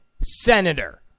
senator